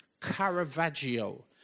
Caravaggio